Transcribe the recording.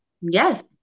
Yes